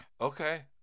okay